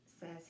says